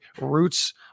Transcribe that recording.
roots